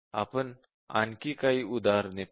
आपण आणखी काही उदाहरणे पाहू